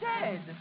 dead